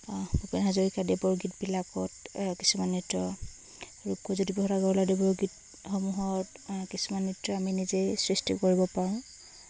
ভূপেন হাজৰিকাদেৱৰ গীতবিলাকত কিছুমান নৃত্য ৰূপকোঁৱৰ জ্যোতিপ্ৰসাদ আগৰৱালাদেৱৰ গীতসমূহত কিছুমান নৃত্য আমি নিজে সৃষ্টিও কৰিব পাৰোঁ